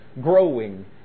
growing